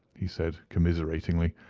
he said, commiseratingly,